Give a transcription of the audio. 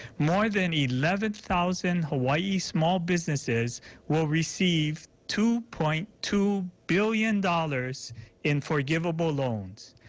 more than eleven thousand hawaii small businesses will receive two point two billion dollars in forgivable loans.